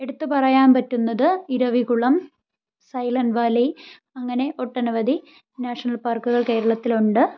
എടുത്ത് പറയാൻ പറ്റുന്നത് ഇരവികുളം സൈലൻറ്റ് വാലി അങ്ങനെ ഒട്ടനവധി നാഷണൽ പാർക്കുകൾ കേരളത്തിൽ ഉണ്ട്